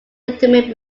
determined